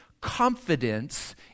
confidence